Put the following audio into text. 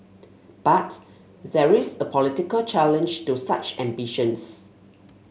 but there is a political challenge to such ambitions